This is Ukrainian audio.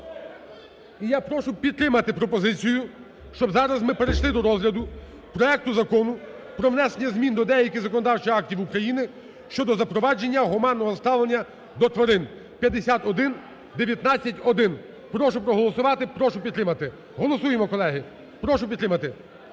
І я прошу підтримати пропозицію, щоб зараз ми перейшли до розгляду проекту Закону про внесення змін до деяких законодавчих актів України (щодо запровадження гуманного ставлення до тварин) (5119-1). Прошу проголосувати. Прошу підтримати. Голосуємо, колеги. Прошу підтримати.